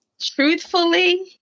truthfully